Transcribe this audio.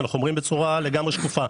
אנחנו אומרים בצורה לגמרי שקופה.